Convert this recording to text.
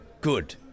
good